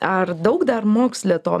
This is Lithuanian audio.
ar daug dar moksle to